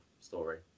story